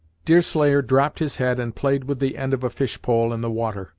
deerslayer dropped his head and played with the end of a fish-pole in the water,